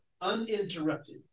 uninterrupted